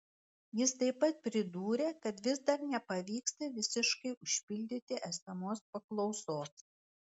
jis taip pat pridūrė kad vis dar nepavyksta visiškai užpildyti esamos paklausos